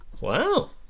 Wow